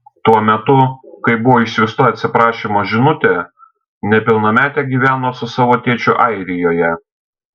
tuo metu kai buvo išsiųsta atsiprašymo žinutė nepilnametė gyveno su savo tėčiu airijoje